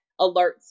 alerts